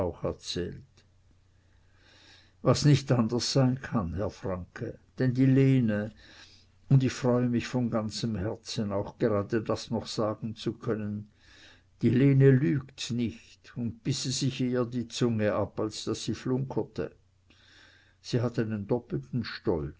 erzählt was nicht anders sein kann herr franke denn die lene und ich freue mich von ganzem herzen auch gerade das noch sagen zu können die lene lügt nicht und bisse sich eher die zunge ab als daß sie flunkerte sie hat einen doppelten stolz